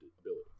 ability